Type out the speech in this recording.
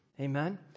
Amen